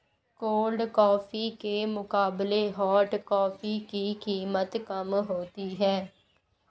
cold coffee के मुकाबले hot coffee की कीमत कम होती है